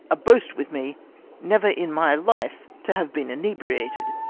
a boast with me never in my life to have been inebriated,